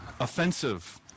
offensive